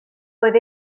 oedd